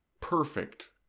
perfect